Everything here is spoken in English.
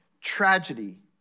Tragedy